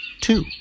Two